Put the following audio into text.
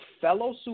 fellow